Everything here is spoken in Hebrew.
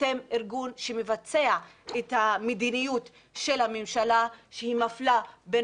אתם ארגון שמבצע את המדיניות של הממשלה שהיא מפלה בין